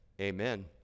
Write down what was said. Amen